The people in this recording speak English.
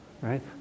right